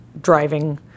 driving